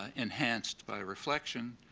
ah enhanced by reflection,